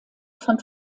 von